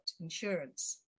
Insurance